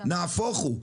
הפועלים ולאומי.